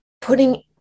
putting